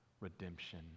redemption